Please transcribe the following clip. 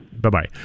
Bye-bye